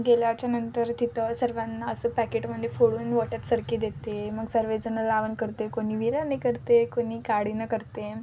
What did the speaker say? गेल्याच्यानंतर तिथं सर्वांना असं पॅकेटमध्ये फोडून बोटात सरकी देते मग सर्व जण लावण करते कोणी हिरानंही करते कोणी काडीनं करते